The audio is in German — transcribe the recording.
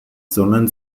sondern